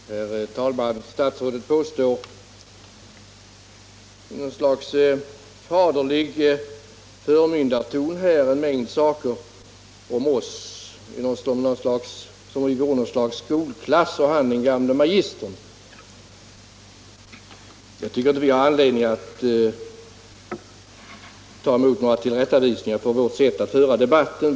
Herr talman! Statsrådet gjorde här i något slags faderlig förmyndarton en mängd påståenden om oss, som om vi var en skolklass och han själv var den gamle magistern. Jag tycker inte att vi har anledning att ta emot några tillrättavisningar för vårt sätt att föra debatten.